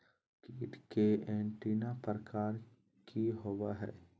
कीट के एंटीना प्रकार कि होवय हैय?